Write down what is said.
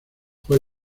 fue